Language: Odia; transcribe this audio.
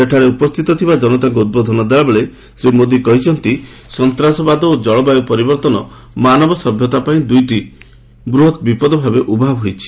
ସେଠାରେ ଉପସ୍ଥିତ ଥିବା ଜନତାଙ୍କୁ ଉଦ୍ବୋଧନ ଦେଲାବେଳେ ଶ୍ରୀ ମୋଦି କହିଛନ୍ତି ସନ୍ତାସବାଦ ଓ ଜଳବାୟୁ ପରିବର୍ତ୍ତନ ମାନବ ସଭ୍ୟତା ପାଇଁ ଦୁଇଟି ବୃହତ୍ ବିପଦ ଭାବେ ଉଭା ହୋଇଛି